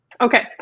Okay